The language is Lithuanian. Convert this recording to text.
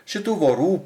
šitų vorų